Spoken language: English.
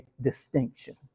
distinction